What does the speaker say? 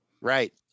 Right